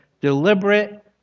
deliberate